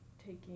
taking